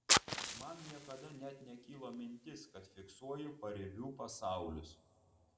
man niekada net nekilo mintis kad fiksuoju paribių pasaulius